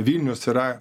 vilnius yra